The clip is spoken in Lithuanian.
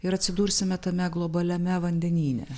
ir atsidursime tame globaliame vandenyne